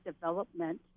development